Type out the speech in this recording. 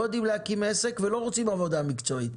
לא יודעים להקים עסק ולא רוצים עבודה מקצועית.